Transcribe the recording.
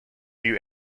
you